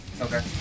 Okay